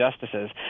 justices